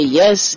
yes